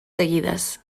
seguides